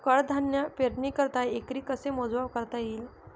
कडधान्य पेरणीकरिता एकरी कसे मोजमाप करता येईल?